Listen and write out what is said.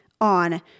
on